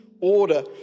order